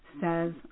says